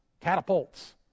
catapults